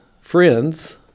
friends